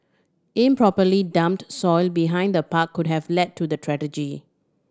improperly dumped soil behind the park could have led to the